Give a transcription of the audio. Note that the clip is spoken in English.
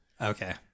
Okay